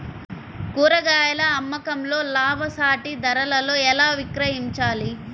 కూరగాయాల అమ్మకంలో లాభసాటి ధరలలో ఎలా విక్రయించాలి?